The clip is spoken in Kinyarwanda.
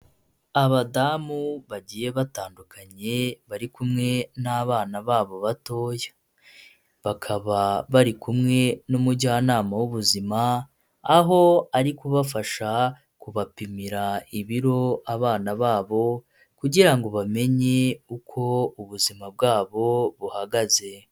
Abadamu bagiye batandukanye bari kumwe n'abana babo batoya, bakaba bari kumwe n'umujyanama w'ubuzima, aho ari kubafasha kubapimira ibiro abana babo kugira ngo bamenye uko ubuzima bwabo buhagaze.